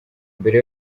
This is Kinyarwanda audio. mbere